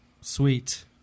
Sweet